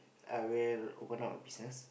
I will open up a business